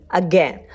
again